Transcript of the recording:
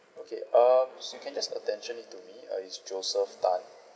okay um so you can just attention it to me uh it's joseph tan